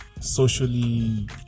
socially